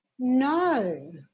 No